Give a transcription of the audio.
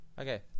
Okay